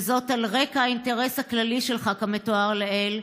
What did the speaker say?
וזאת על רקע האינטרס הכללי שלך כמתואר לעיל,